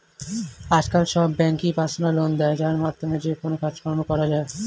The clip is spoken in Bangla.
আজকাল সব ব্যাঙ্কই পার্সোনাল লোন দেয় যার মাধ্যমে যেকোনো কাজকর্ম করা যায়